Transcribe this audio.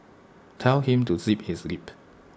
tell him to zip his lip